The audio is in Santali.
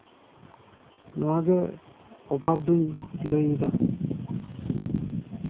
ᱱᱚᱣᱟ ᱜᱮ ᱚᱵᱷᱟᱵᱚ ᱫᱩᱧ ᱞᱟᱹᱭᱮᱫᱟ